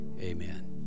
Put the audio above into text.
Amen